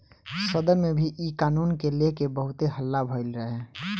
सदन में भी इ कानून के लेके बहुत हल्ला भईल रहे